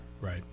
Right